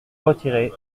retirer